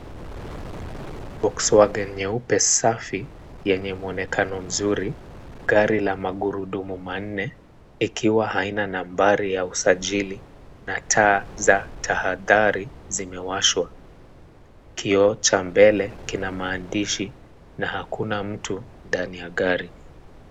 Volkswagen nyeupe safi yenye muonekano mzuri, gari la magurudumu manne, ikiwa haina nambari ya usajili, na taa za tahadhari zimewashwa. Kioo cha mbele kina maandishi na hakuna mtu ndani ya gari.